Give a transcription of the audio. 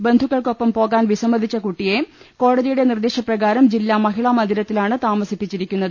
ബന്ധുക്കൾ ക്കൊപ്പം പോകാൻ വിസമ്മതിച്ച പെൺകുട്ടിയെ കോട്തിയൂടെ നിർദ്ദേശപ്രകാരം ജില്ലാ മഹിളാമന്ദിരത്തിൽ ആണ് താമസിപ്പിച്ചിരിക്കുന്നത്